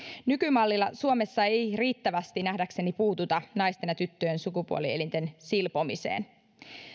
nykymallilla suomessa ei riittävästi nähdäkseni puututa naisten ja tyttöjen sukupuolielinten silpomiseen